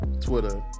Twitter